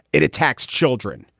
it attacks children.